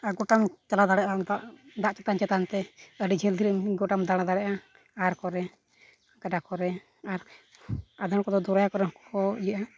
ᱟᱨ ᱜᱚᱴᱟᱢ ᱪᱟᱞᱟᱣ ᱫᱟᱲᱮᱭᱟᱜᱼᱟ ᱚᱱᱠᱟ ᱫᱟᱜ ᱫᱟᱜ ᱪᱮᱛᱟᱱᱼᱪᱮᱛᱟᱱᱛᱮ ᱟᱹᱰᱤ ᱡᱷᱟᱹᱞ ᱡᱷᱟᱹᱞᱮᱢ ᱜᱚᱴᱟᱢ ᱫᱟᱬᱟ ᱫᱟᱲᱮᱭᱟᱜᱼᱟ ᱟᱦᱟᱨ ᱠᱚᱨᱮ ᱜᱟᱰᱟ ᱠᱚᱨᱮ ᱟᱨ ᱟᱫᱷᱚᱢ ᱠᱚᱫᱚ ᱫᱚᱨᱭᱟ ᱠᱚᱨᱮ ᱦᱚᱸᱠᱚ ᱤᱭᱟᱹᱜᱼᱟ